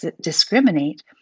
discriminate